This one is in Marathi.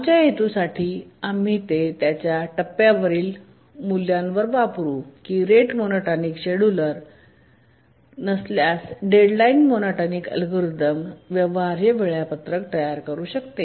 आमच्या हेतूसाठी आम्ही ते त्याच्या टप्प्यावरील मूल्यावर वापरू की रेट मोनोटोनिक शेड्यूलर नसल्यास डेडलाइन मोनोटोनिक अल्गोरिदम व्यवहार्य वेळापत्रक तयार करू शकते